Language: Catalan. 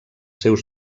seus